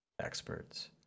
experts